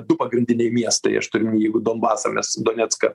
du pagrindiniai miestai aš turiu omeny jeigu donbasą mes donecką